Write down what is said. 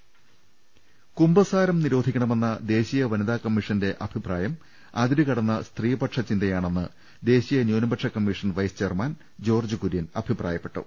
് കുമ്പസാരം നിരോധിക്കണമെന്ന ദേശീയ വനിത കമ്മിഷന്റെ അഭിപ്രായം അതിരുക ടന്ന സ്ത്രീപക്ഷ ചിന്തയാണെന്ന് ന്യൂനപക്ഷ കമ്മിഷൻ വൈസ്ചെയർമാൻ ജോർജ് കുര്യൻ തിരുവനന്തപുരത്ത് അഭിപ്രായപ്പെട്ടു